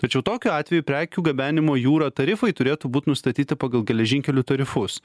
tačiau tokiu atveju prekių gabenimo jūra tarifai turėtų būt nustatyta pagal geležinkelių tarifus